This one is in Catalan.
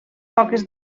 poques